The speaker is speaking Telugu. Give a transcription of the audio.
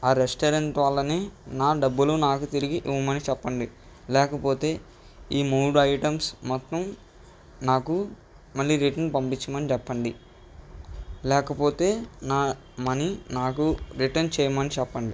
ఆ రెస్టారెంట్ వాళ్ళని నా డబ్బులు నాకు తిరిగి ఇవ్వమని చెప్పండి లేకపోతే ఈ మూడు ఐటమ్స్ మొత్తం నాకు మళ్ళీ రిటర్న్ పంపించమని చెప్పండి లేకపోతే నా మనీ నాకు రిటర్న్ చేయమని చెప్పండి